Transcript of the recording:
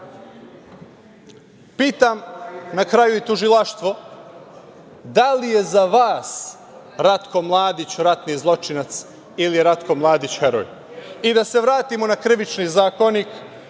na kraju i tužilaštvo - da li je za vas Ratko Mladić ratni zločinac ili je Ratko Mladić heroj? Da se vratimo na Krivični zakonik,